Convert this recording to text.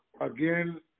Again